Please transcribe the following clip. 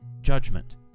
judgment